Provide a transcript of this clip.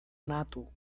nato